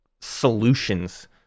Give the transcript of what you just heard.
solutions